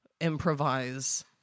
improvise